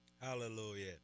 Hallelujah